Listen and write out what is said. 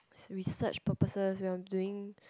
research purposes I'm doing